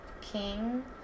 king